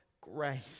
grace